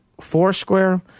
four-square